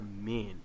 men